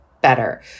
better